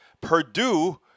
Purdue